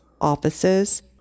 offices